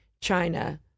China